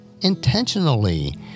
intentionally